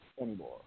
anymore